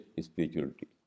spirituality